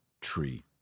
tree